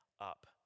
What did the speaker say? up